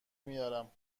میارم